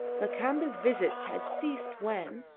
lakamba's visits had ceased when,